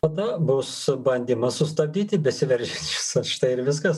tada bus bandymas sustabdyti besiveržiančius štai ir viskas